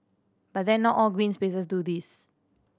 but then not all green spaces do this